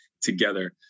together